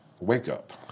wake-up